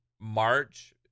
March